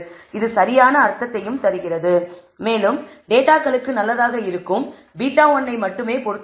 இது சரியான அர்த்தத்தையும் தருகிறது மேலும் டேட்டாகளுக்கு நல்லதாக இருக்கும் β1 ஐ மட்டுமே பொருத்த முடியும்